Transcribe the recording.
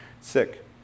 Sick